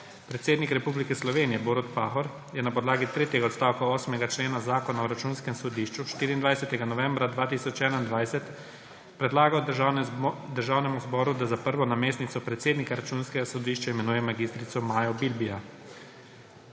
Predsednik Republike Slovenije Borut Pahor je na podlagi tretjega odstavka 8. člena Zakona o Računskem sodišču 24. novembra 2021 predlagal Državnemu zboru, da za prvo namestnico predsednika Računskega sodišča imenuje mag. Majo Bilbija.